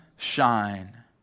Shine